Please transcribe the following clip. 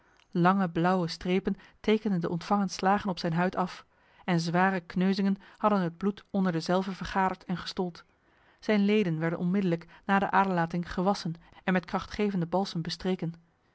lange blauwe strepen tekenden de ontvangen slagen op zijn huid af en zware kneuzingen hadden het bloed onder dezelve vergaderd en gestold zijn leden werden onmiddellijk na de aderlating gewassen en met krachtgevende balsem bestreken